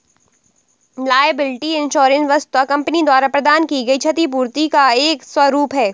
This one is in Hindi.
लायबिलिटी इंश्योरेंस वस्तुतः कंपनी द्वारा प्रदान की गई क्षतिपूर्ति का एक स्वरूप है